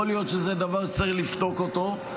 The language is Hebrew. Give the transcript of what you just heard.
יכול להיות שזה דבר שצריך לבדוק אותו.